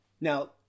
Now